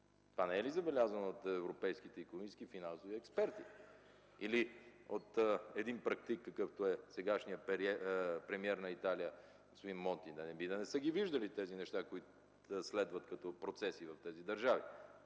не е ли забелязано от европейските икономически и финансови експерти? Или от един практик, какъвто е сегашният премиер на Италия господин Монти? Да не би да не са ги виждали тези неща, които следват като процеси в тези държави